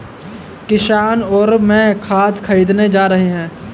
किशन और मैं खाद खरीदने जा रहे हैं